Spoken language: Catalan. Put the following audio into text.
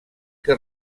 que